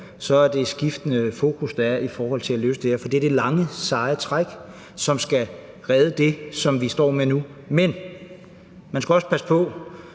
kommer der skiftende fokus i forhold til at løse det her. For det er det lange seje træk, som skal redde det, som vi står med nu. Men man skal også passe på.